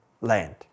land